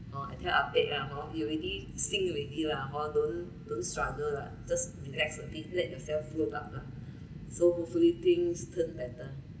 I tell ah pek lah hor you already sink already lah hor don't don't don't struggle lah just relax a bit let yourself float up ah so hopefully things turn better